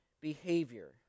behavior